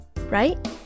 right